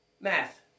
math